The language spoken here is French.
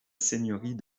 seigneurie